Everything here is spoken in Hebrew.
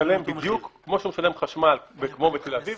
ישלם בדיוק כמו שהוא משלם חשמל כמו בתל-אביב,